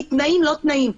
היא תנאים לא תנאים.